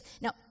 Now